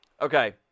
Okay